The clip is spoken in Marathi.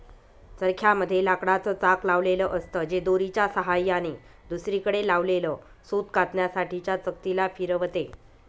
चरख्या मध्ये लाकडाच चाक लावलेल असत, जे दोरीच्या सहाय्याने दुसरीकडे लावलेल सूत कातण्यासाठी च्या चकती ला फिरवते